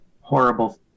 horrible